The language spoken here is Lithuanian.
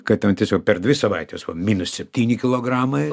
kad ten tiesiog per dvi savaites minus septyni kilogramai